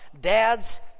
Dads